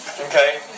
Okay